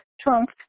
trunk